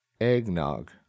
eggnog